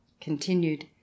continued